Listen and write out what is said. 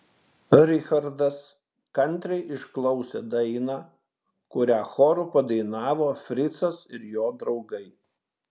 richardas kantriai išklausė dainą kurią choru padainavo fricas ir jo draugai